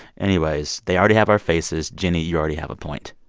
anyways, they already have our faces. jenny, you already have a point.